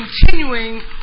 continuing